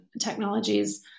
technologies